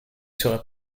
serait